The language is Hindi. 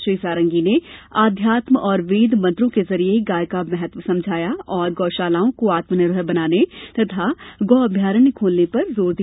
श्री सारंगी ने आध्यात्म और वेद मंत्रों के जरिए गाय का महत्व समझाया और गौशालाओं को आत्मनिर्भर बनाने तथा गाय अभ्यारण्य खोलने पर जोर दिया